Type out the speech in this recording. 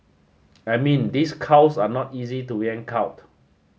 I mean these cows are not easy to yank out